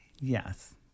Yes